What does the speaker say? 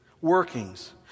workings